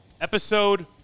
Episode